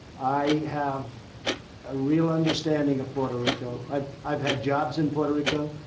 i have a real understanding of puerto rico. i've i've had jobs in puerto rico